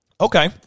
Okay